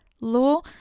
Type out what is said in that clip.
Law